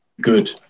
good